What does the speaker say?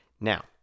Now